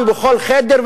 בכל חדר,